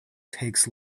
takes